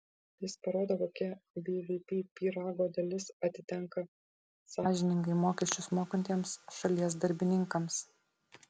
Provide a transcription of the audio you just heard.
jis parodo kokia bvp pyrago dalis atitenka sąžiningai mokesčius mokantiems šalies darbininkams